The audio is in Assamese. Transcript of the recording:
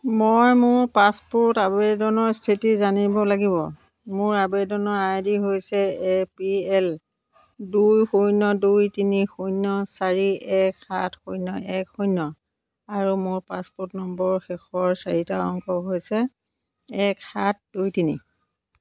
মই মোৰ পাছপোৰ্ট আবেদনৰ স্থিতি জানিব লাগিব মোৰ আবেদনৰ আইডি হৈছে এ পি এল দুই শূন্য দুই তিনি শূন্য চাৰি এক সাত শূন্য এক শূন্য আৰু মোৰ পাছপোৰ্ট নম্বৰৰ শেষৰ চাৰিটা অংক হৈছে এক সাত দুই তিনি